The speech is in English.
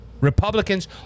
Republicans